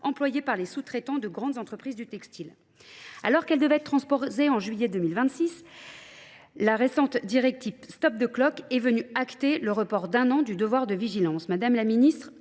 employées par les sous-traitants de grandes entreprises du textile. Alors qu'elle devait être transportée en juillet 2026, La récente directive stop the clock est venue acter le report d'un an du devoir de vigilance. Madame la Ministre,